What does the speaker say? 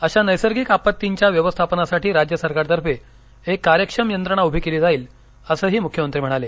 अशा नैसर्गिक आपत्तींच्या व्यवस्थापनासाठी राज्य सरकारतर्फे एक कार्यक्षम यंत्रणा उभी केली जाईल असंही मुख्यमंत्री म्हणाले